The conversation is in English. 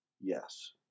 Yes